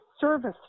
service